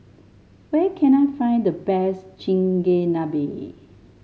where can I find the best Chigenabe